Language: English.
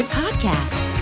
podcast